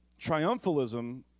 Triumphalism